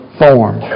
form